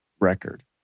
record